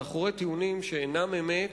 מאחורי טיעונים שאינם אמת,